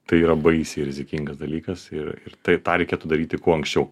tai yra baisiai rizikingas dalykas ir ir tai tą reikėtų daryti kuo anksčiau